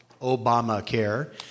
Obamacare